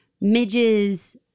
Midge's